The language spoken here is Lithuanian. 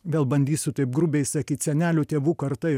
vėl bandysiu taip grubiai sakyt senelių tėvų karta